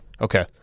Okay